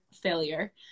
failure